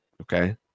okay